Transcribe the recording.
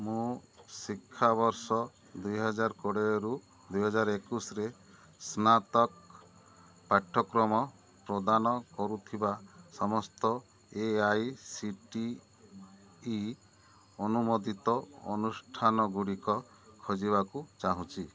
ମୁଁ ଶିକ୍ଷାବର୍ଷ ଦୁଇହଜାର କୋଡ଼ିଏ ରୁ ଦୁଇହଜାର ଏକୋଇଶିରେ ସ୍ନାତକ ପାଠ୍ୟକ୍ରମ ପ୍ରଦାନ କରୁଥିବା ସମସ୍ତ A I C T E ଅନୁମୋଦିତ ଅନୁଷ୍ଠାନଗୁଡ଼ିକ ଖୋଜିବାକୁ ଚାହୁଁଛି